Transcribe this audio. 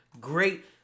great